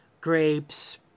grapes